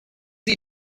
sie